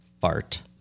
fart